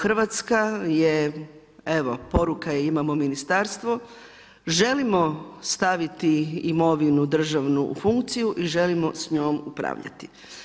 Hrvatska je evo, poruka je imamo ministarstvo, želimo staviti imovinu državnu u funkciju i želimo s njom upravljati.